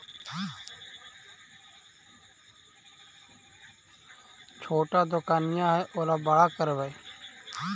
छोटा दोकनिया है ओरा बड़ा करवै?